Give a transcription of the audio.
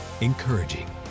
encouraging